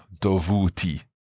dovuti